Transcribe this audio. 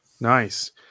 Nice